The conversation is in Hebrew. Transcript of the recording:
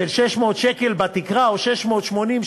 שהביאו מחפרון שיגדר מסביב לאזור כך שהבעירה הזאת לא תתפשט.